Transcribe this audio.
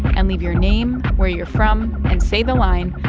and leave your name, where you're from, and say the line,